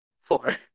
Four